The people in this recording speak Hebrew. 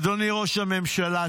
אדוני ראש הממשלה,